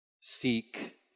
Seek